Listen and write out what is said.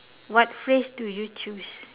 what phrase do you choose